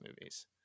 movies